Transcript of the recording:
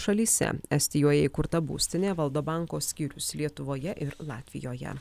šalyse estijoje įkurta būstinė valdo banko skyrius lietuvoje ir latvijoje